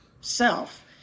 self